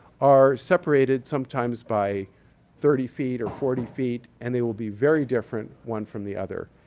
are separated sometimes by thirty feet or forty feet and they will be very different, one from the other.